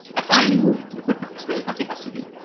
i finally moved it to the footnotes. there was nothing else to do.